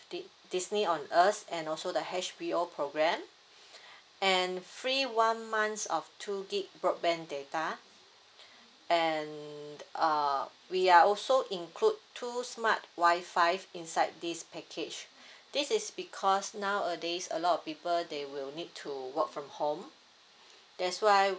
dis~ disney on us and also the H_B_O program and free one months of two gig broadband data and uh we are also include two smart wifi inside this package this is because nowadays a lot of people they will need to work from home that's why